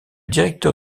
directeur